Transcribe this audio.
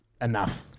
enough